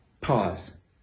pause